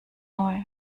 neu